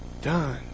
done